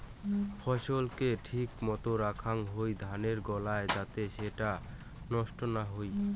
ফছল কে ঠিক মতো রাখাং হই ধানের গোলায় যাতে সেটো নষ্ট না হই